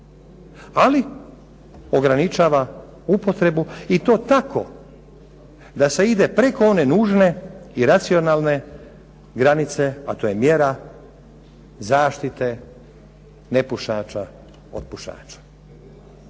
ali ograničava upotrebu i to tako da se ide preko one nužne i racionalne granice a to je mjera zaštite nepušača od pušača.